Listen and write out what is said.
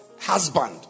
husband